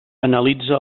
analitza